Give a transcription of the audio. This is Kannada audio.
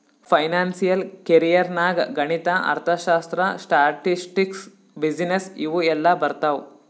ಫೈನಾನ್ಸಿಯಲ್ ಕೆರಿಯರ್ ನಾಗ್ ಗಣಿತ, ಅರ್ಥಶಾಸ್ತ್ರ, ಸ್ಟ್ಯಾಟಿಸ್ಟಿಕ್ಸ್, ಬಿಸಿನ್ನೆಸ್ ಇವು ಎಲ್ಲಾ ಬರ್ತಾವ್